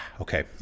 Okay